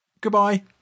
goodbye